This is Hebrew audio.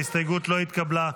ההסתייגות לא התקבלה.